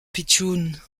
pitchoun